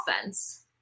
offense